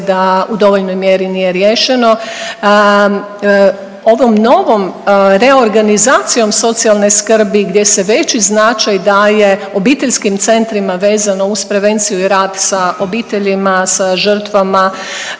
da u dovoljnoj mjeri nije riješeno. Ovom novom reorganizacijom socijalne skrbi gdje se veći značaj daje obiteljskim centrima vezano uz prevenciju i rad sa obiteljima, sa žrtvama